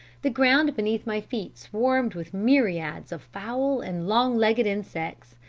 the ground beneath my feet swarmed with myriads of foul and long-legged insects,